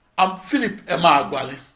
i'm philip emeagwali.